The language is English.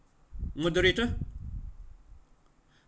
moderator